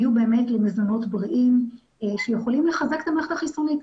יהיו באמת למזונות בריאים שיכולים לחזק את המערכת החיסונית.